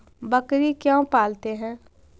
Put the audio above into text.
बकरी क्यों पालते है?